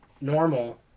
normal